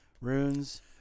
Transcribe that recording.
runes